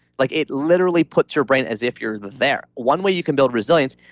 like it literally puts your brain as if you're there. one way you can build resilience,